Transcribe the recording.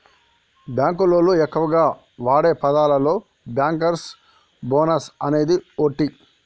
బాంకులోళ్లు ఎక్కువగా వాడే పదాలలో బ్యాంకర్స్ బోనస్ అనేది ఓటి